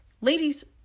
ladies